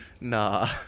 nah